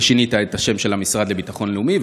ושינית את השם למשרד לביטחון לאומי.